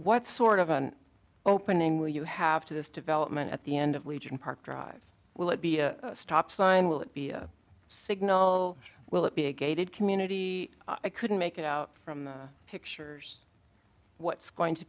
what sort of an opening will you have to this development at the end of legion park drive will it be a stop sign will it be a signal will it be a gated community i couldn't make out from the pictures what's going to